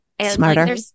Smarter